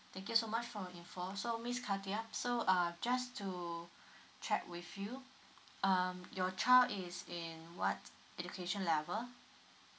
thank you so much for your info so miss katia so uh just to check with you um your child is in what education level